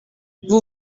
vous